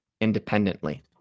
independently